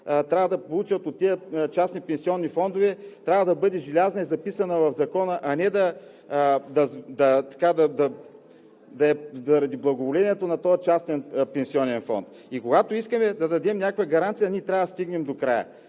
трябва да получат от тези частни пенсионни фондове, трябва да бъде желязна и записана в Закона, а не заради благоволението на този частен пенсионен фонд. И когато искаме да дадем някаква гаранция, ние трябва да стигнем до края.